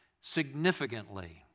significantly